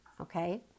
Okay